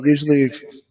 usually